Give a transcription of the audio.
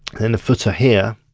in the footer here,